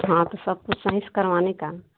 हाँ तो सब कुछ सही से करवाने का